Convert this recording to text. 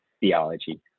theology